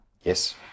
Yes